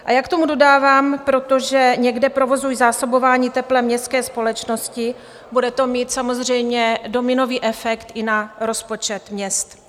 A já k tomu dodávám, protože někde provozují zásobování teplem městské společnosti, bude to mít samozřejmě dominový efekt i na rozpočet měst.